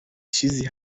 چیزی